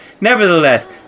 Nevertheless